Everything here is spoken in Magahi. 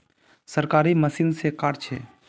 सरकारी मशीन से कार्ड छै?